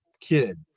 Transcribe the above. kid